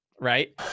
Right